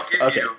okay